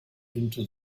into